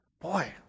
Boy